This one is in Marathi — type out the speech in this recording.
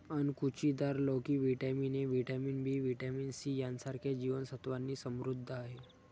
अणकुचीदार लोकी vitamin A, vitamin B, vitamin C यांसारख्या जीवन सत्त्वांनी समृद्ध आहे